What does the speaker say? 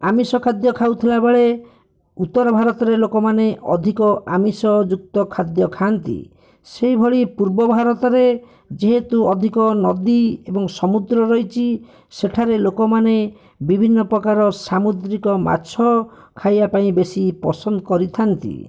ଆମିଷ ଖାଦ୍ୟ ଖାଉଥିଲା ବେଳେ ଉତ୍ତର ଭାରତରେ ଲୋକମାନେ ଅଧିକ ଆମିଷଯୁକ୍ତ ଖାଦ୍ୟ ଖାଆନ୍ତି ସେଇଭଳି ପୂର୍ବ ଭାରତରେ ଯେହେତୁ ଅଧିକ ନଦୀ ଏବଂ ସମୁଦ୍ର ରହିଛି ସେଠାରେ ଲୋକମାନେ ବିଭିନ୍ନ ପ୍ରକାର ସାମୁଦ୍ରିକ ମାଛ ଖାଇବାପାଇଁ ବେଶୀ ପସନ୍ଦ କରିଥାନ୍ତି